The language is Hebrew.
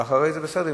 ואחרי זה בסדר,